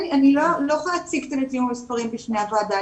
אני לא יכולה להציג את הנתונים המספריים בפני הוועדה.